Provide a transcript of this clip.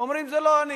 אומרים: זה לא אני.